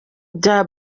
bya